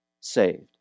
saved